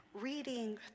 reading